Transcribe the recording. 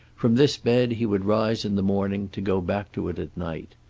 from this bed he would rise in the morning, to go back to it at night.